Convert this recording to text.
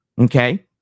okay